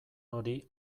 hori